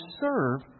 serve